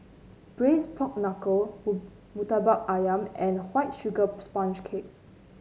Braised Pork Knuckle murtabak ayam and White Sugar Sponge Cake